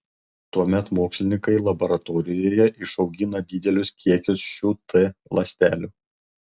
tuomet mokslininkai laboratorijoje išaugina didelius kiekius šių t ląstelių